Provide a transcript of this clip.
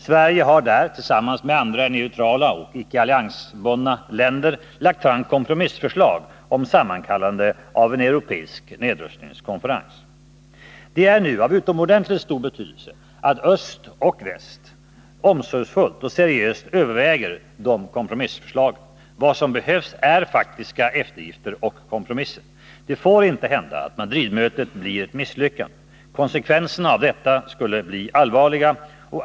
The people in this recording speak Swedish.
Sverige har där tillsammans med andra neutrala och icke-alliansbundna länder lagt fram kompromissförslag om sammankallande av en europeisk nedrustningskonferens. Det är nu av utomordentligt stor betydelse att öst och väst omsorgsfullt och seriöst överväger dessa kompromissförslag. Vad som behövs är faktiska eftergifter och kompromisser. Det får inte hända att Madridmötet blir ett misslyckande. Konsekvenserna av detta skulle bli allvarliga.